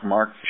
Mark